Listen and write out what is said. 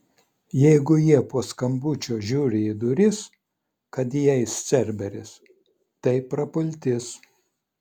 jeigu jie po skambučio žiūri į duris kad įeis cerberis tai prapultis